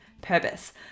purpose